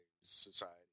society